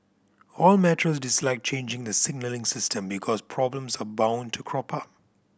all metros dislike changing the signalling system because problems are bound to crop up